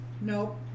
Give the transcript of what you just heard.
Nope